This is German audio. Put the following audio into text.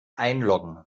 einloggen